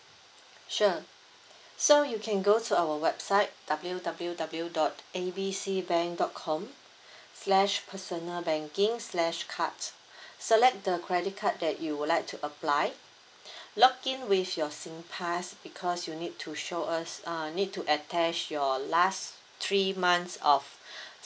sure so you can go to our website W W W dot A B C bank dot com slash personal banking slash card select the credit card that you would like to apply log in with your Singpass because you need to show us uh need to attach your last three months of